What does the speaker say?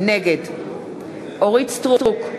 נגד אורית סטרוק,